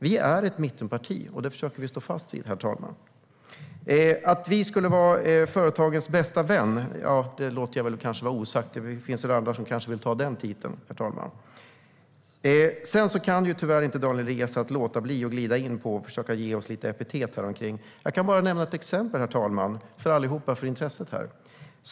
Vi är ett mittenparti, och det försöker vi stå fast vid, herr talman. Att vi skulle vara företagens bästa vän låter jag vara osagt. Det finns väl kanske andra som vill ta den titeln, herr talman. Sedan kan Daniel Riazat tyvärr inte låta bli försöka ge oss lite epitet. Jag kan bara nämna ett exempel för allas intresse här.